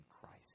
Christ